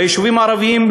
ביישובים הערביים,